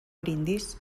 brindis